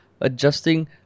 Adjusting